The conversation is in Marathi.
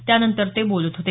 त्यानंतर ते बोलत होते